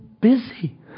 busy